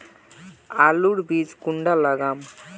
आलूर बीज कुंडा लगाम?